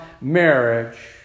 marriage